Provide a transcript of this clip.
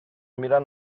میرن